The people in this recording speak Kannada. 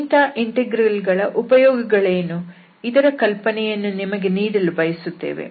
ಇಂತಹ ಇಂಟೆಗ್ರಲ್ ನ ಉಪಯೋಗಗಳೇನು ಇದರ ಕಲ್ಪನೆಯನ್ನು ನಿಮಗೆ ನೀಡಲು ಬಯಸುತ್ತೇವೆ